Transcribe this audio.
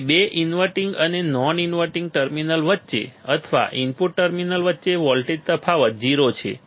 તેથી બે ઇન્વર્ટીંગ અને નોન ઇન્વર્ટીંગ ટર્મિનલ વચ્ચે અથવા ઇનપુટ ટર્મિનલ વચ્ચે વોલ્ટેજ તફાવત 0 છે